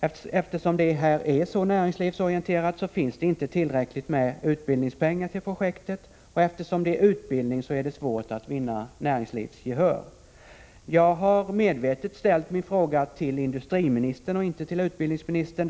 Eftersom verksamheten är så näringslivsorienterad finns det inte tillräckligt med utbildningspengar till projektet, och eftersom det är fråga om utbildning är det svårt att vinna näringslivets gehör. Jag har medvetet ställt min fråga till industriministern och inte till utbildningsministern.